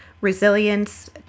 resilience